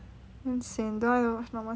damn sian don't like to watch normal speed